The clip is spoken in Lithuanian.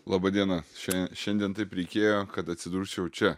laba diena čia šiandien taip reikėjo kad atsidurčiau čia